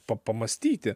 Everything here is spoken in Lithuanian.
pa pamąstyti